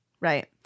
Right